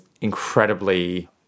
incredibly